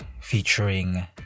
featuring